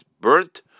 burnt